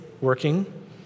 working